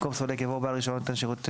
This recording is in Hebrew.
במקום "סולק" יבוא "בעל רישיון נותן שירותי